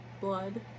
blood